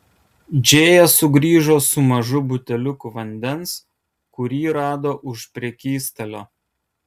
džėja sugrįžo su mažu buteliuku vandens kurį rado už prekystalio